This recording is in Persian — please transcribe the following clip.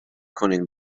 کنین